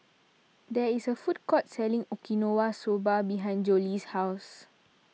there is a food court selling Okinawa Soba behind Jolie's house